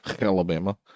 Alabama